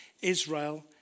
Israel